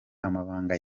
amabanga